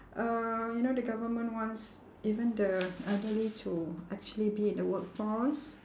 uh you know the government wants even the elderly to actually be in the workforce